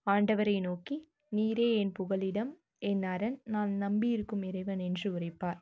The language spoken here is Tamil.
ஆண்டவரை நோக்கி நீரே என் புகழிடம் என் அரண் நான் நம்பி இருக்கும் இறைவன் என்று உரைப்பார்